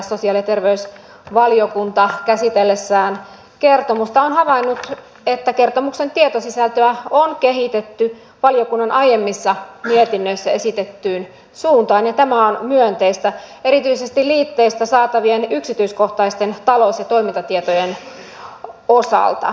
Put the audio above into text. sosiaali ja terveysvaliokunta käsitellessään kertomusta on havainnut että kertomuksen tietosisältöä on kehitetty valiokunnan aiemmissa mietinnöissä esitettyyn suuntaan ja tämä on myönteistä erityisesti liitteistä saatavien yksityiskohtaisten talous ja toimintatietojen osalta